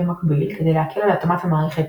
במקביל, כדי להקל על התאמת המערכת